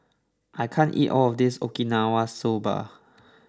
I can't eat all of this Okinawa Soba